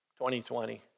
2020